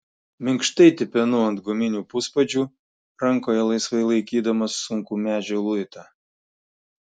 minkštai tipenu ant guminių puspadžių rankoje laisvai laikydamas sunkų medžio luitą